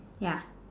ya